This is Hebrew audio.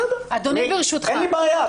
אין לי בעיה.